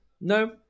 No